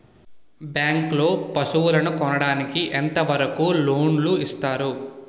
Bank లో పశువుల కొనడానికి ఎంత వరకు లోన్ లు ఇస్తారు?